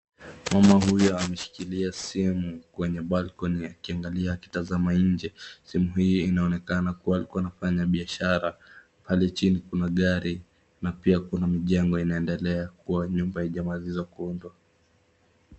Mama huyu ameshikilia simu kwenye balcony[cs akiangalia akitazama nje. Sehemu hii inaonekana kuwa alikuwa anafanya biashara. Ilhali chini kuna gari na pia kuna mjengo inaendelea kwa nyumba haijamaliza kuundwa.